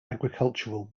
agricultural